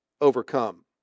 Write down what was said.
overcome